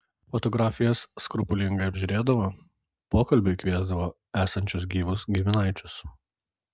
fotografijas skrupulingai apžiūrėdavo pokalbiui kviesdavo esančius gyvus giminaičius